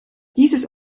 dieses